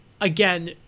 again